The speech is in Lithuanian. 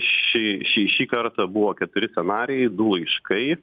šį šį šį kartą buvo keturi scenarijai du laiškai